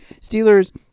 Steelers